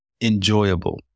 enjoyable